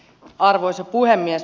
arvoisa puhemies